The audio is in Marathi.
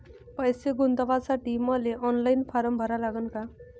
पैसे गुंतवासाठी मले ऑनलाईन फारम भरा लागन का?